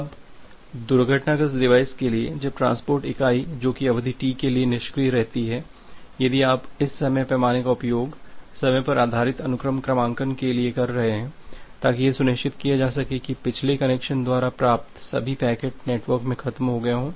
अब दुर्घटनाग्रस्त डिवाइस के लिए तब ट्रांसपोर्ट इकाई जो कि अवधि T के लिए निष्क्रिय रहती है यदि आप इस समय पैमाने का उपयोग समय पर आधारित अनुक्रम क्रमांकन के लिए कर रहे हैं ताकि यह सुनिश्चित किया जा सके की पिछले कनेक्शन द्वारा प्राप्त सभी पैकेट नेटवर्क से ख़त्म हो गए हों